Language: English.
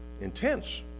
intense